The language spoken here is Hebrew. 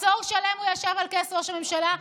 עשור שלם הוא ישב על כס ראש הממשלה,